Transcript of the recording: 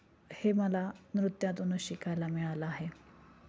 हे मला नृत्यातूनच शिकायला मिळालं आहे